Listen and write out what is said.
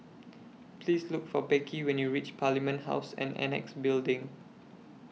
Please Look For Becky when YOU REACH Parliament House and Annexe Building